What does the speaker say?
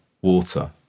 water